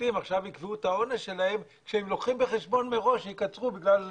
ששופטים יקבעו את העונש כשהם לוקחים בחשבון מראש שיקצרו בגלל מינהלי.